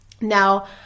Now